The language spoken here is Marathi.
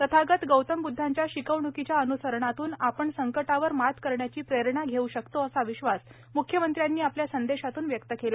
तथागत गौतम बुदधांच्या शिकवणीच्या अन्सरणातून आपण संकटावर मात करण्याची प्रेरणा घेऊ शकतो असा विश्वास मुख्यमंत्र्यांनी आपल्या संदेशातन व्यक्त केला